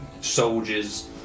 soldiers